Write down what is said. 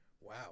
Wow